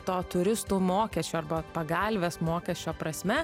to turistų mokesčio arba pagalvės mokesčio prasme